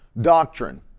doctrine